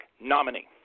nominee